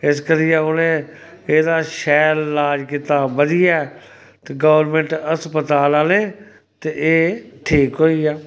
इस करियै उ'नें एह्दा शैल लाज कीता बधियै ते गौरमैंट हस्पताल आह्लें ते एह् ठीक होई गेआ